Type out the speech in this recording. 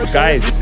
guys